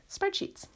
spreadsheets